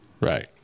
Right